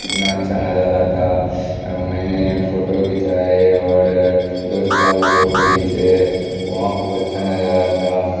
کتنا اچھا نظارہ تھا میں نے فوٹو کھینچائے اور دوست کا بھی فوٹو کھینچے وہاں خوب اچھا نظارہ تھا